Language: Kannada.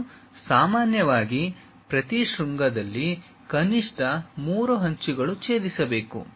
ಮತ್ತು ಸಾಮಾನ್ಯವಾಗಿ ಪ್ರತಿ ಶೃಂಗದಲ್ಲಿ ಕನಿಷ್ಠ 3 ಅಂಚುಗಳು ಛೇದಿಸಿಬೇಕು